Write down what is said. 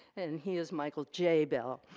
and he is michael j. bell.